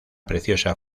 preciosa